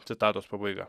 citatos pabaiga